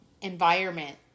environment